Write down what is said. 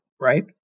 right